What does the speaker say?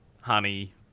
Honey